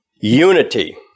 Unity